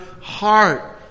heart